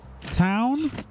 town